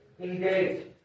engage